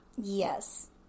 Yes